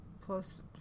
plus